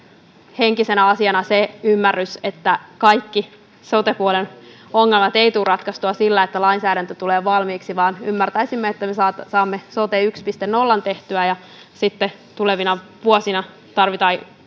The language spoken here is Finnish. henkisenä asiana se ymmärrys että kaikki sote puolen ongelmat eivät tule ratkaistua sillä että lainsäädäntö tulee valmiiksi meidän olisi ymmärrettävä että me saamme saamme sote yksi piste nollan tehtyä ja sitten tulevina vuosina tarvitaan